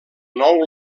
nou